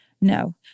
no